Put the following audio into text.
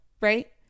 right